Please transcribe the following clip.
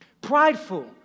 Prideful